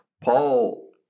Paul